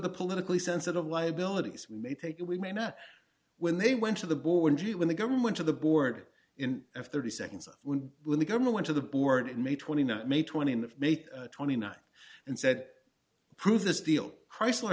the politically sensitive liabilities we may take it we may not when they went to the board you when the government went to the board in thirty seconds when the government went to the board made twenty nine made twenty in twenty nine and said approve this deal chrysler